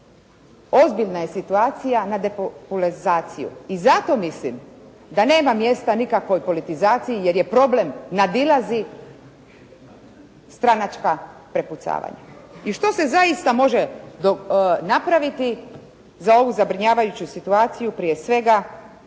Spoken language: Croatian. ozbiljna je situacija na depopulaciju i zato mislim da nema mjesta nikakvoj politizaciji jer problem nadilazi stranačka prepucavanja. I što se zaista može napraviti za ovu zabrinjavajuću situaciju, prije svega